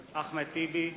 אחמד טיבי.